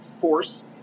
force